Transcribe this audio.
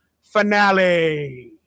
finale